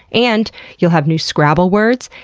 and you'll have new scrabble words,